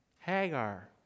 Hagar